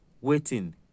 waiting